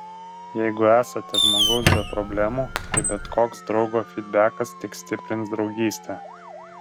jeigu esate žmogaus be problemų tai bet koks draugo fydbekas tik stiprins draugystę